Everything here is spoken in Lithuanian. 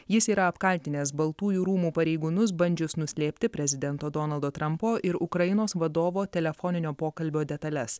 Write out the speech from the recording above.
jis yra apkaltinęs baltųjų rūmų pareigūnus bandžius nuslėpti prezidento donaldo trampo ir ukrainos vadovo telefoninio pokalbio detales